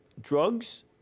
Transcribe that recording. drugs